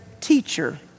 teacher